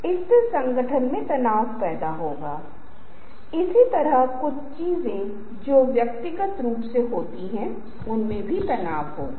हालांकि मुझे इस अवधारणा पर बहुत तेज़ी से विस्तार करना चाहिए